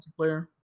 multiplayer